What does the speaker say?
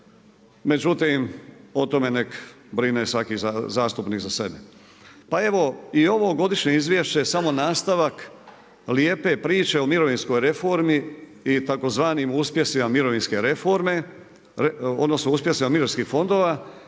Međutim, o tome neka brine svaki zastupnik za sebe. Pa evo i ovo godišnje izvješće je samo nastavak lijepe priče o mirovinskoj reformi i tzv. uspjesima mirovinskih fondova,